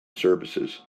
services